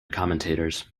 commentators